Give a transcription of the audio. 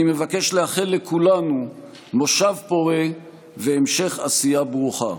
אני מבקש לאחל לכולנו מושב פורה והמשך עשייה ברוכה.